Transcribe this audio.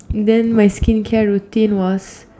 then my skincare routine was